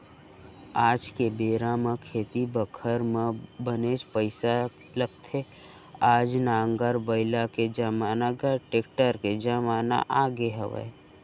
आज के बेरा म खेती करब म बनेच पइसा लगथे आज नांगर बइला के जमाना गय टेक्टर के जमाना आगे हवय